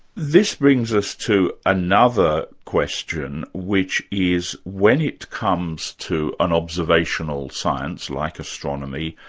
this brings us to another question, which is, when it comes to an observational science like astronomy,